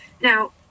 now